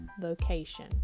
vocation